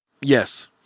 Yes